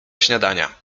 śniadania